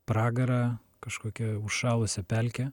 pragarą kažkokią užšalusią pelkę